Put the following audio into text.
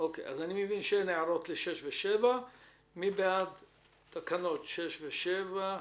אין הערות לסעיפים 6-7. נצביע על תקנות 6 ו-7,